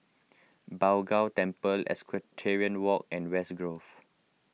Bao Gong Temple Equestrian Walk and West Grove